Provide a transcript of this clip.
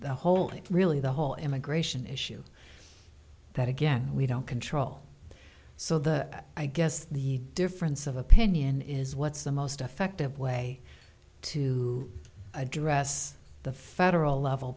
the whole it's really the whole immigration issue that again we don't control so the i guess the difference of opinion is what's the most effective way to address the federal level